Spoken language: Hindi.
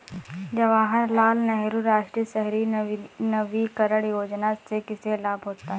जवाहर लाल नेहरू राष्ट्रीय शहरी नवीकरण योजना से किसे लाभ होता है?